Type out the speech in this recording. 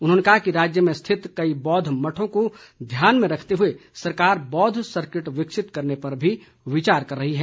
उन्होंने कहा कि राज्य में स्थित कई बौद्ध मठों को ध्यान में रखते हुए सरकार बौद्ध सर्किट विकसित करने पर भी विचार कर रही है